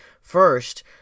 First